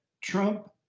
Trump